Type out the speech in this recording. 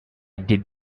did